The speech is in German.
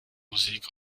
musik